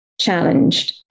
challenged